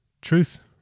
truth